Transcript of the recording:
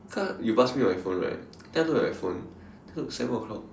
cause you pass me my phone right then I look at my phone then I look seven o clock